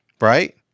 right